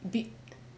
big